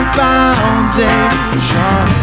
foundation